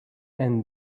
and